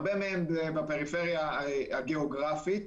הרבה מהם בפריפריה הגיאוגרפית,